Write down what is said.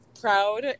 proud